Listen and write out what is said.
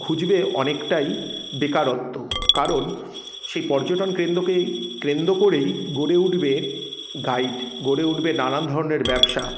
ঘুচবে অনেকটাই বেকারত্ব কারণ সেই পর্যটন কেন্দ্রকে কেন্দ্র করেই গড়ে উটবে গাইড গড়ে উটবে নানান ধরনের ব্যবসা